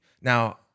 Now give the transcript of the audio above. Now